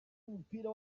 w’umupira